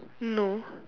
hmm